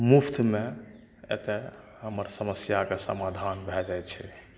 मुफ्त मे एतए हमर समस्याके समाधान भए जाइ छै